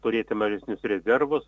turėti mažesnius rezervus